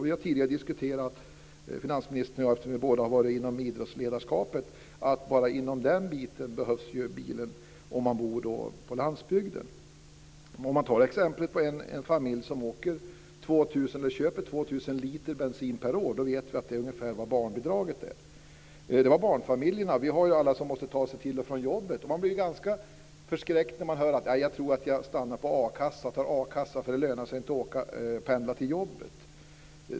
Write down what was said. Finansministern och jag har tidigare diskuterat, eftersom vi båda har verkat inom idrottsledarskapet, att bara inom den biten behövs bilen om man bor på landsbygden. Om man tar som exempel en familj som köper 2 000 liter bensin per år, så vet vi att det ungefär motsvarar barnbidraget. Det var barnfamiljerna. Sedan har vi alla som måste ta sig till och från jobbet. Man blir ganska förskräckt när man hör: Nej, jag tror att jag tar akassa för det lönar sig inte att pendla till och från jobbet.